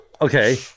okay